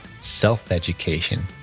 Self-education